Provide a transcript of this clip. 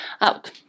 Out